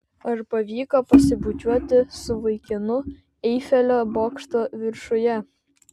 ar pavyko pasibučiuoti su vaikinu eifelio bokšto viršuje